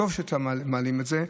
וטוב שמעלים את זה,